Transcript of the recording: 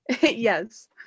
Yes